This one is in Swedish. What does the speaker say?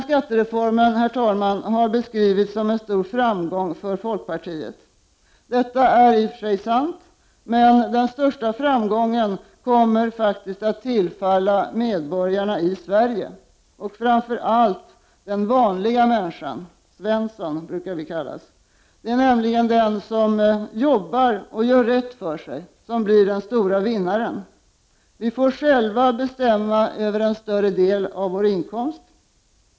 Skattereformen, herr talman, har beskrivits som en stor framgång för folkpartiet. Det är i och för sig sant. Men den största framgången kommer faktiskt att gälla medborgarna i Sverige — framför allt den vanliga människan, ”Svensson”, som vi brukar säga. Det är nämligen den som jobbar och gör rätt för sig som blir den stora vinnaren. Vi får själva bestämma över en större del av vår inkomst.